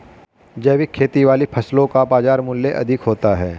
जैविक खेती वाली फसलों का बाजार मूल्य अधिक होता है